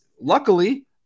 luckily